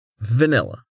Vanilla